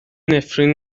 نفرین